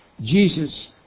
Jesus